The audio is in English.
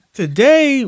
today